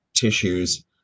tissues